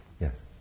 Yes